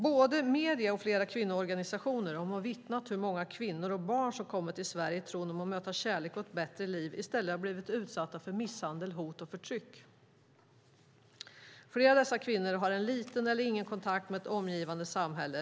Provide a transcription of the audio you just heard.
Både medier och flera kvinnoorganisationer har vittnat om att många kvinnor och barn som kommit till Sverige i tron att möta kärlek och ett bättre liv i stället har blivit utsatta för misshandel, hot och förtryck. Flera av dessa kvinnor har liten eller ingen kontakt med det omgivande samhället.